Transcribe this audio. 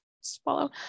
swallow